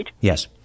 Yes